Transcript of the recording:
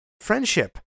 friendship